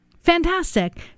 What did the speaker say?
Fantastic